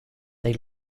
they